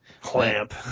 Clamp